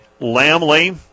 Lamley